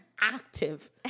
active